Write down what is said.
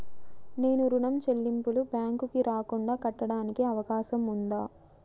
నేను ఋణం చెల్లింపులు బ్యాంకుకి రాకుండా కట్టడానికి అవకాశం ఉందా?